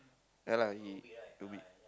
ya lah he do we